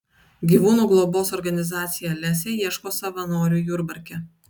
gyvūnų globos organizacija lesė ieško savanorių jurbarke